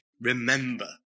remember